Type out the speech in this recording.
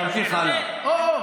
תמשיך הלאה.